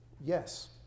Yes